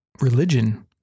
religion